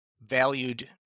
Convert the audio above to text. valued